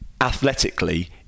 athletically